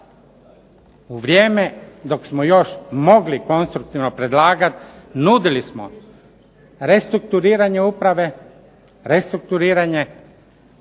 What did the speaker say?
u vrijeme dok smo još mogli konstruktivno predlagati nudili smo restrukturiranje uprave, restrukturiranje.